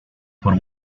por